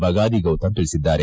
ಬಗಾದಿ ಗೌತಮ್ ತಿಳಿಸಿದ್ದಾರೆ